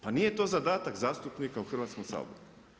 Pa nije to zadatak zastupnika u Hrvatskom saboru.